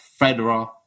Federer